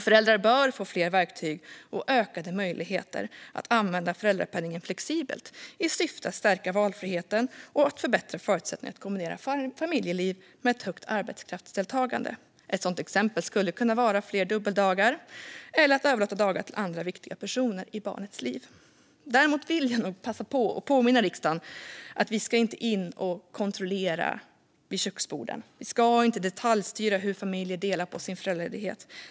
Föräldrar bör få fler verktyg och ökade möjligheter att använda föräldrapenningen flexibelt i syfte att stärka valfriheten och att förbättra förutsättningarna att kombinera familjeliv med ett högt arbetskraftsdeltagande. Ett sådant exempel skulle kunna vara fler dubbeldagar eller att man kan överlåta dagar till andra viktiga personer i barnets liv. Däremot vill jag påminna riksdagen om att politiken inte ska in och kontrollera vid köksborden. Vi ska inte detaljstyra hur familjer delar på sin föräldraledighet.